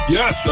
Yes